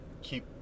Keep